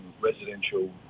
residential